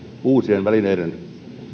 uusien välineiden